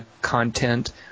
content